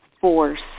force